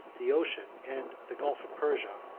the ocean, and the gulf of persia,